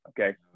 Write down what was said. okay